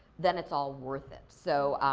then it's all worth it. so,